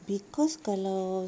cause kalau